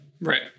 Right